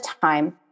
time